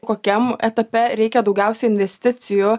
kokiam etape reikia daugiausia investicijų